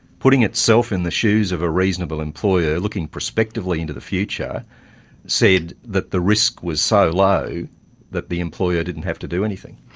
putting itself in the shoes of a reasonable employer looking prospectively into the future said that the risk was so low that the employer didn't have to do anything.